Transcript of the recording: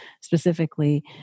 specifically